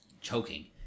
choking